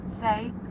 say